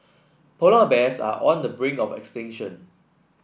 polar bears are on the brink of extinction